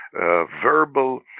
verbal